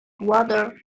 water